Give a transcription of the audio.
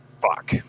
Fuck